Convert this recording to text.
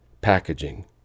packaging